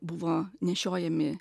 buvo nešiojami